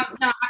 no